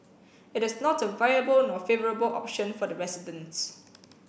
it is not a viable nor favourable option for the residents